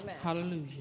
Hallelujah